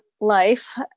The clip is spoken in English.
life